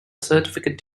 certificate